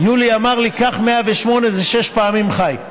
קח 108, זה שש פעמים ח"י,